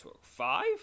Five